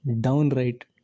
downright